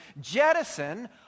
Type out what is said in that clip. jettison